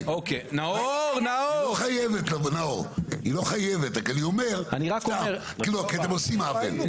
היא לא חייבת, רק אני אומר, כי אתם עושים עוול.